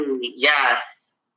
Yes